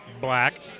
Black